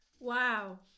Wow